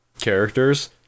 characters